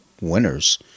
winners